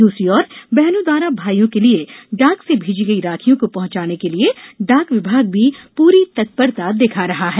दूसरी ओर बहनों द्वारा भाईयों के लिये डाक से भेजी गई राखियों को पहुंचाने के लिये डाक विभाग भी पूरी तत्परता दिखा रहा है